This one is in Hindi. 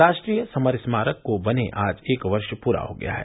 राष्ट्रीय समर स्मारक को बने आज एक वर्ष पूरा हो गया है